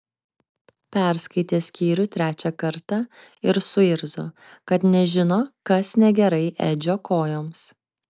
perskaitė skyrių trečią kartą ir suirzo kad nežino kas negerai edžio kojoms